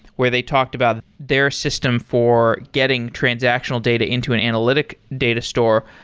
where they talked about their system for getting transactional data into an analytic data store.